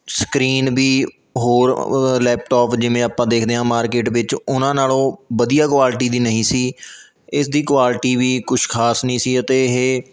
screen ਵੀ ਹੋਰ laptop ਜਿਵੇਂ ਆਪਾਂ ਦੇਖਦੇ ਹਾਂ ਮਾਰਕੀਟ ਵਿੱਚ ਉਹਨਾਂ ਨਾਲੋਂ ਵਧੀਆ ਕੁਆਲਿਟੀ ਦੀ ਨਹੀਂ ਸੀ ਇਸ ਦੀ ਕੁਆਲਿਟੀ ਵੀ ਕੁਛ ਖਾਸ ਨਹੀਂ ਸੀ ਅਤੇ ਇਹ